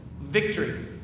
victory